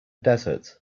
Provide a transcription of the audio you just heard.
desert